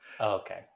Okay